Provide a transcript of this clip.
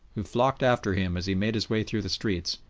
who flocked after him as he made his way through the streets,